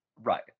Right